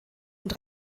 und